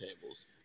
tables